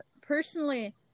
Personally